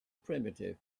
primitive